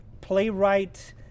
playwright